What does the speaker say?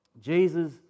Jesus